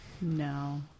No